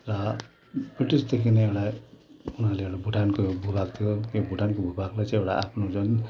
र ब्रिटिसदेखि नै एउटा उहाँले एउटा भुटानको भूभाग थियो त्यो भुटानको भूभागलाई चाहिँ एउटा आफ्नो जुन